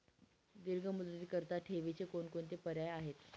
दीर्घ मुदतीकरीता ठेवीचे कोणकोणते पर्याय आहेत?